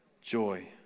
Joy